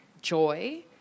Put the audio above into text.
joy